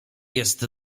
jest